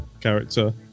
character